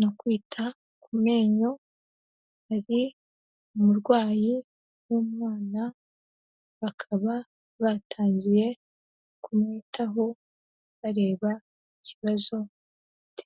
no kwita ku menyo, hari umurwayi w'umwana, bakaba batangiye kumwitaho bareba ikibazo afite.